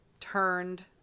turned